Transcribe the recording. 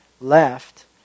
left